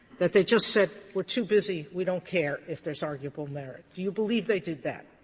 that they just said, we're too busy. we don't care if there is arguable merit. do you believe they did that?